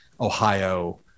Ohio